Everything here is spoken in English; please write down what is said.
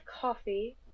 coffee